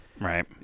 Right